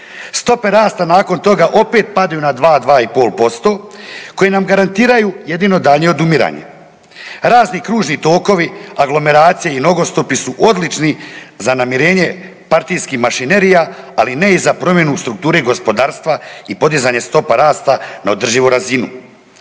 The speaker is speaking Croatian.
Stope rasta nakon toga opet padaju na 2, 2,5% koje nam garantiraju jedino daljnje odumiranje. Razni kružni tokovi, aglomeracije i nogostupi su odlični za namirenje partijskih mašinerija ali ne i za promjenu strukture gospodarstva i podizanje stopa rasta na održivu razinu.